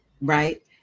right